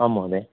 आम् महोदया